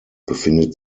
befindet